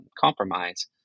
compromise